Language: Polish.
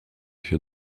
się